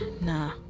nah